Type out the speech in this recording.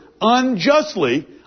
unjustly